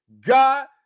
God